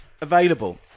available